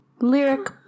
lyric